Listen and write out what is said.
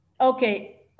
Okay